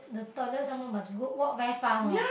the toilet some more must go walk very far some more